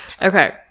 okay